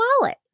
wallet